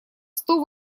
сто